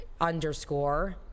underscore